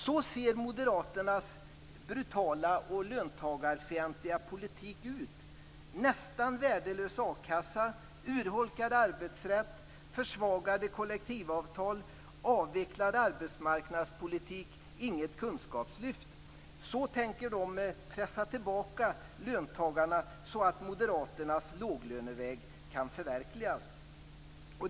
Så ser moderaternas brutala och löntagarfientliga politik ut: nästan värdelös a-kassa, urholkad arbetsrätt, försvagade kollektivavtal, avvecklad arbetsmarknadspolitik, inget kunskapslyft. Så tänker de pressa tillbaka löntagarna så att moderaternas låglöneväg kan förverkligas.